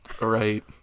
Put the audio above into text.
Right